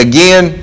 Again